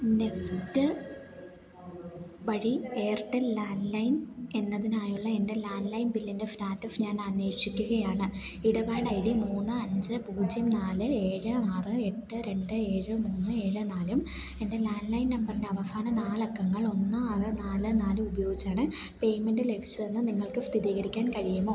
NEFT വഴി Airtel landline എന്നതിനായുള്ള എൻ്റെ ലാൻലൈൻ ബില്ലിൻ്റെ സ്റ്റാറ്റസ് ഞാൻ അന്വേഷിക്കുകയാണ് ഇടപാട് ഐ ഡി മൂന്ന് അഞ്ച് പൂജ്യം നാല് ഏഴ് ആറ് എട്ട് രണ്ട് ഏഴ് മൂന്ന് ഏഴ് നാലും എൻ്റെ ലാൻലൈൻ നമ്പർൻ്റെ അവസാന നാലക്കങ്ങൾ ഒന്ന് ആറ് നാല് നാല് ഉപയോഗിച്ചാണ് പേയ്മെൻറ്റ് ലഭിച്ചതെന്ന് നിങ്ങൾക്ക് സ്ഥിതീകരിക്കാൻ കഴിയുമോ